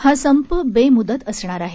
हा संप बेमुदत असणार आहे